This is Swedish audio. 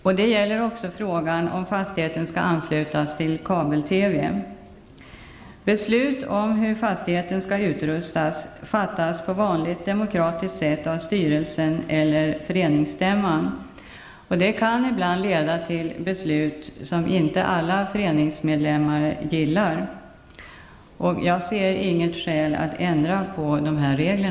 Detta gäller också frågan om fastigheten skall anslutas till kabel-TV. Beslut om hur fastigheten skall utrustas fattas på vanligt demokratiskt sätt av styrelsen eller föreningsstämman. Det kan ibland leda till beslut som inte alla föreningsmedlemmar gillar. Jag ser inte något skäl att ändra på dessa regler.